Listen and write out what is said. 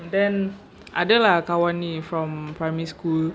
and then ada lah kawan ni from primary school